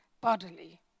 bodily